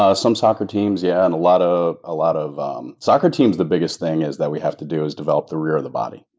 ah some soccer teams, yeah, and a lot of ah lot of um soccer teams, the biggest thing is that we have to do is develop the rear of the body.